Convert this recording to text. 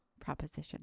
proposition